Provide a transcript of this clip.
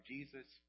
Jesus